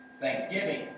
thanksgiving